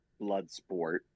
Bloodsport